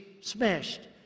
Smashed